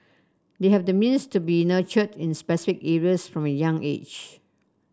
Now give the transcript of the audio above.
they have the means to be nurtured in specific areas from a young age